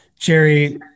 Jerry